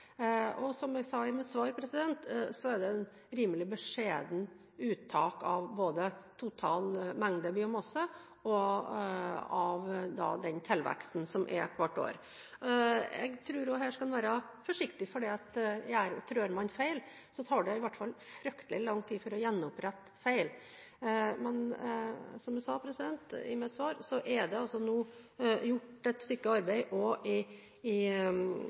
Som jeg sa i mitt svar: Det er et rimelig beskjedent uttak av total mengde biomasse og av den tilveksten som er hvert år. Jeg tror man her skal være forsiktig, for trår man feil, tar det fryktelig lang tid å gjenopprette. Men, som jeg sa i mitt svar, det er nå gjort et stykke arbeid i Nord-Trøndelag og